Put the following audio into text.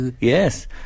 yes